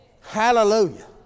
Hallelujah